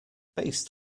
based